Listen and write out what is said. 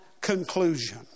conclusion